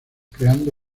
creando